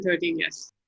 yes